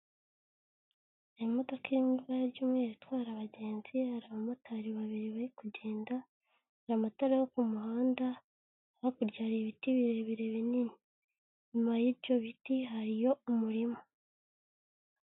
Imodoka iri mu ibara ry'umweru itwara abagenzi, hari abamotari babiri bari kugenda, amatara yo ku muhanda, hakurya hari ibiti birebire binini, inyuma y'ibyo biti hariyo umurima.